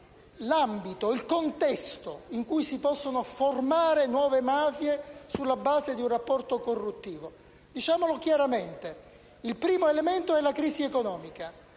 il primo elemento è la crisi economica.